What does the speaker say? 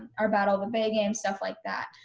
our battle of the bay game, stuff like that,